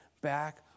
back